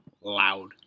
loud